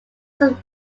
some